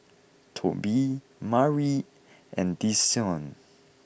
Tobie Mari and Desean